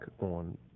on